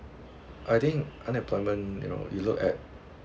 I think unemployment you know you look at